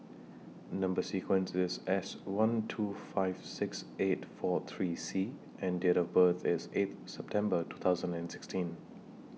Number sequence IS S one two five six eight four three C and Date of birth IS eighth September two thousand and sixteen